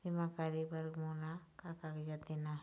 बीमा करे बर मोला का कागजात देना हे?